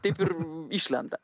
taip ir išlenda